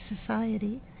society